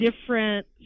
different